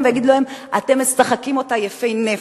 ויגידו להם: אתם משחקים אותה יפי-נפש,